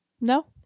no